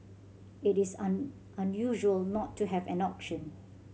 it is an unusual not to have an auction